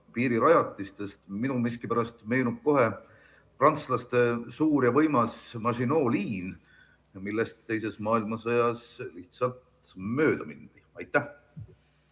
piirirajatistest, siis minule miskipärast meenub kohe prantslaste suur ja võimas Maginot' liin, millest teises maailmasõjas lihtsalt mööda mindi. Aitäh!